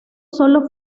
solo